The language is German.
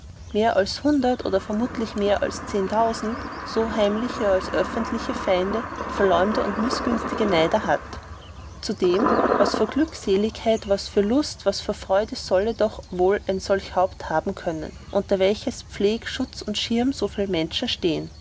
mehr als hundert oder vermutlicher mehr als zehntausend so heimliche als offentliche feinde verleumder und mißgünstige neider hat zu dem was vor glückseligkeit was für lust und was vor freude sollte doch wohl ein solch haupt haben können unter welches pfleg schutz und schirm soviel menschen leben